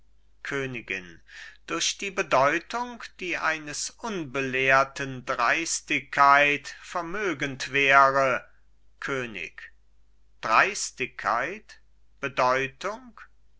königin durch die bedeutung die eines unbelehrten dreistigkeit vermögend wäre könig dreistigkeit bedeutung